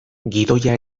gidoia